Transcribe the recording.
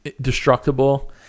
destructible